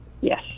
Yes